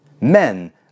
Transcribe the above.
men